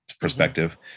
perspective